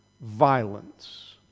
violence